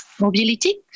Mobility